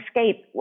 Escape